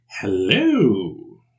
hello